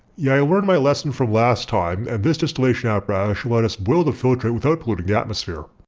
yeah i learned my lesson from last time and this distillation apparatus should let us boil the filtrate without polluting the atmosphere.